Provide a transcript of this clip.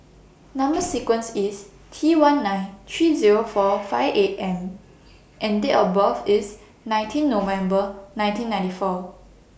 Number sequence IS T one nine three Zero four five eight M and Date of birth IS nineteen November nineteen ninety four